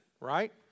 right